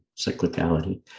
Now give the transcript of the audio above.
cyclicality